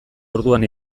orduan